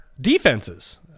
Defenses